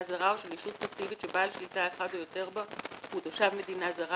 זרה או של ישות פסיבית שבעל שליטה אחד או יותר בה הוא תושב מדינה זרה,